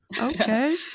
Okay